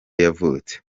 yavutse